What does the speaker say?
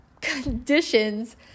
conditions